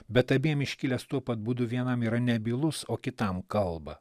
bet abiem iškilęs tuo pat būdu vienam yra nebylus o kitam kalba